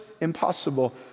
impossible